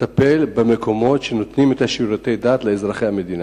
הטיפול במקומות שנותנים שירותי דת לאזרחי המדינה.